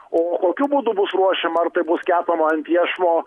o kokiu būdu bus ruošiama ar tai bus kepama ant iešmo